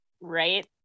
Right